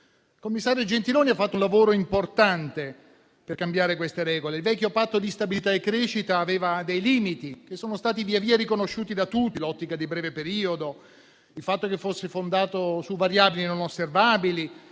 Il commissario Gentiloni ha fatto un lavoro importante per cambiare queste regole. Il vecchio Patto di stabilità e crescita aveva dei limiti, che sono stati via via riconosciuti da tutti: l'ottica di breve periodo, il fatto che fosse fondato su variabili non osservabili